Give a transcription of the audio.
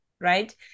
right